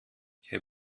herr